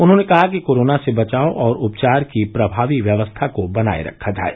उन्होंने कहा कि कोरोना से बचाव और उपचार की प्रभावी व्यवस्था को बनाए रखा जाये